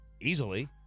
easily